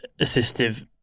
assistive